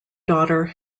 daughter